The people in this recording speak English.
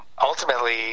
ultimately